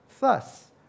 Thus